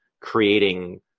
creating